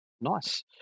nice